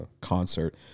concert